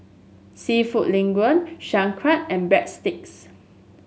seafood Linguine Sauerkraut and Breadsticks